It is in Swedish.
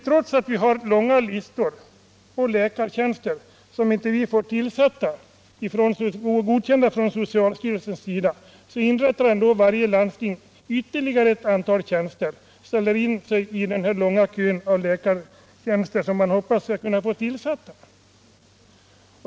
Trots att vi har långa listor på läkartjänster som vi inte får godkända från socialstyrelsen, inrättar ändå varje landsting ytterligare ett antal tjänster, ställer in dem i den långa kö av läkartjänster som man hoppas kunna få tillsätta.